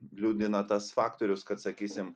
liūdina tas faktorius kad sakysim